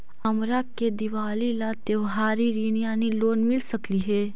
हमरा के दिवाली ला त्योहारी ऋण यानी लोन मिल सकली हे?